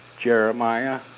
Jeremiah